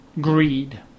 greed